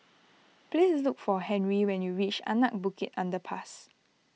please look for Henri when you reach Anak Bukit Underpass